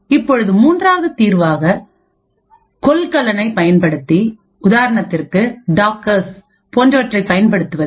இப்பொழுது மூன்றாவது தீர்வாக கொள்கலனை பயன்படுத்தி உதாரணத்திற்கு டாக்கர்ஸ் போன்றவற்றை பயன்படுத்துவது